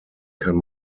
kann